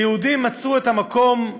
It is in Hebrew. שיהודים מצאו את המקום,